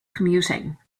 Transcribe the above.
commuting